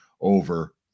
over